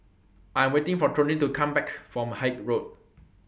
I Am waiting For Toney to Come Back from Haig Road